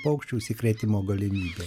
paukščių užsikrėtimo galimybė